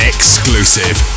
Exclusive